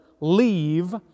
leave